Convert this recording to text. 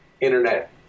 Internet